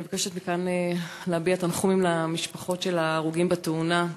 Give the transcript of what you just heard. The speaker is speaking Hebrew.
אני מבקשת מכאן להביע תנחומים למשפחות של ההרוגים בתאונה.